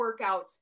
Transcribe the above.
workouts